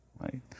Right